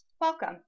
welcome